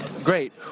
Great